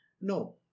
No